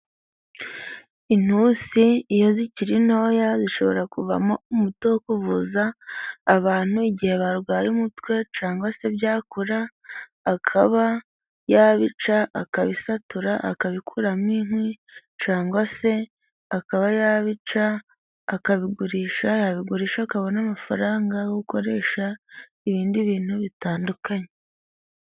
Intusi iyo zikiri ntoya zishobora kuvamo umuti wo kuvuza abantu igihe barwaye umutwe cyangwa se byakura akaba yabica akabisatura, akabikuramo inkwi cyangwa se akaba yabica akabigurisha, yabigurisha akabona amafaranga akoresha ibindi bintu bitandukanye.